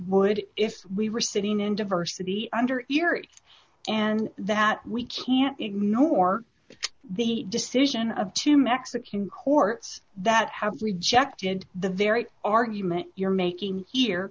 would if we were sitting in diversity under here and that we can't ignore the decision of two mexican courts that have rejected the very argument you're making here